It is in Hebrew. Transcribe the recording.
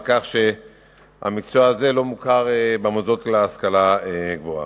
על כך שהמקצוע הזה לא מוכר במוסדות להשכלה גבוהה.